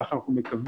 ככה אנחנו מקווים,